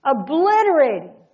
obliterating